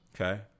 okay